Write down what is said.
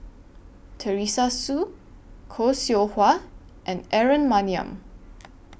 Teresa Hsu Khoo Seow Hwa and Aaron Maniam